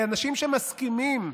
לאנשים שמסכימים,